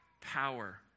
power